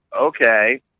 okay